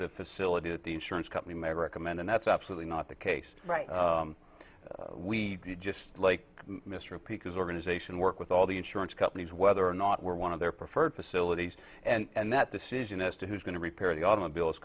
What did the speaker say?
the facility that the insurance company may recommend and that's absolutely not the case we just like mr pinkas organization work with all the insurance companies whether or not we're one of their preferred facilities and that decision as to who's going to repair the automobile is